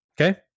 Okay